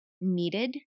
needed